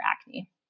acne